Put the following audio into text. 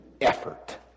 effort